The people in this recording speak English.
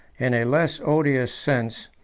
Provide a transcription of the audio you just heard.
in a less odious sense,